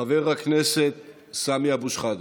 חבר הכנסת סמי אבו שחאדה.